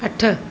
अठ